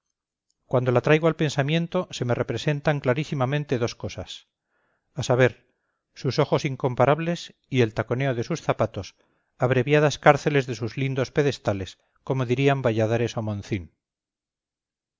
cuando la traigo al pensamiento se me representan clarísimamente dos cosas a saber sus ojos incomparables y el taconeo de sus zapatos abreviadas cárceles de sus lindos pedestales como dirían valladares